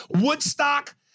Woodstock